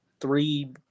three